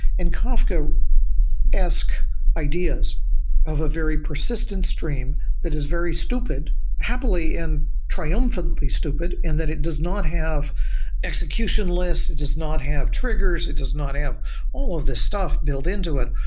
and kafkaesque ah kafkaesque ideas of a very persistent stream that is very stupid happily and triumphantly stupid and that it does not have execution list, it does not have triggers, it does not have all of these stuff build into it.